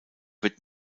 wird